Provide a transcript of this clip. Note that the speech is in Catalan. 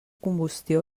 combustió